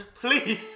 Please